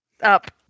Up